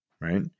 right